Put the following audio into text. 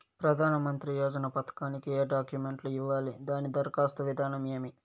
ప్రధానమంత్రి యోజన పథకానికి ఏ డాక్యుమెంట్లు ఇవ్వాలి దాని దరఖాస్తు విధానం ఏమి